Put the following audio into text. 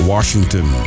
Washington